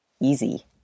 easy